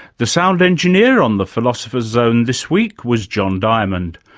the sound engineer on the philosopher's zone this week was john diamond.